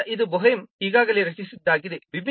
ಆದ್ದರಿಂದ ಇದು ಬೋಹ್ಮ್ ಈಗಾಗಲೇ ರಚಿಸಿದ್ದಾಗಿದೆ